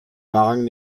wagen